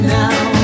now